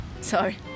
Sorry